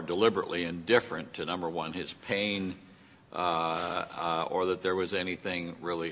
deliberately indifferent to number one his pain or that there was anything really